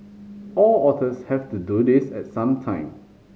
all otters have to do this at some time